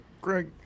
Greg